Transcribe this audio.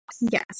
yes